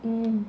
mm